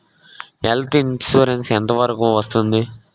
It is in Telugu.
హెల్త్ ఇన్సురెన్స్ ఎంత వరకు వస్తుంది?